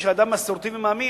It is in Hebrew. וכאדם מסורתי ומאמין,